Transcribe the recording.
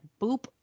boop